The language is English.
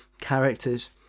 characters